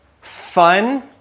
fun